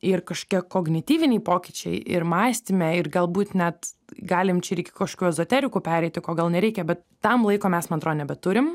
ir kažkokie kognityviniai pokyčiai ir mąstyme ir galbūt net galim ir čia iki kažkokių ezoterikų pereiti ko gal nereikia bet tam laiko mes man atro nebeturim